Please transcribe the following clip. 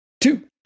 Two